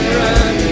run